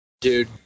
dude